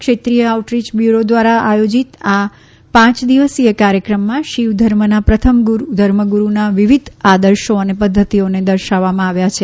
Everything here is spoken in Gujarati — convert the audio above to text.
ક્ષેત્રીય આઉટરીય બ્યુરો ધ્વારા આયોજિત પાંચ દિવસીય આ કાર્યક્રમમાં શિવ ધર્મના પ્રથમ ધર્મ ગુરુના વિવિધ આદર્શો અને પધ્ધતિઓને દર્શાવવામાં આવ્યા છે